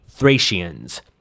Thracians